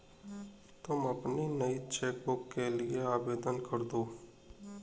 तुम अपनी नई चेक बुक के लिए आवेदन करदो